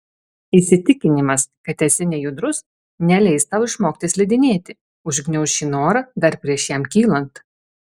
įsitikinimas kad esi nejudrus neleis tau išmokti slidinėti užgniauš šį norą dar prieš jam kylant